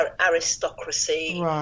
Aristocracy